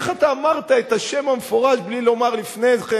איך אתה אמרת את השם המפורש בלי לומר לפני כן